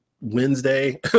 wednesday